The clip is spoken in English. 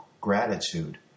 gratitude